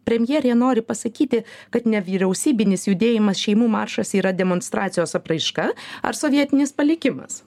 premjerė nori pasakyti kad nevyriausybinis judėjimas šeimų maršas yra demonstracijos apraiška ar sovietinis palikimas